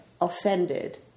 offended